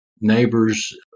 neighbors